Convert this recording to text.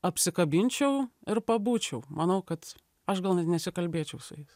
apsikabinčiau ir pabūčiau manau kad aš gal net nesikalbėčiau su jais